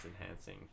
enhancing